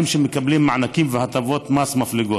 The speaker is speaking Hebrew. שמקבלים מענקים והטבות מס מפליגות,